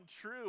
true